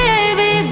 Baby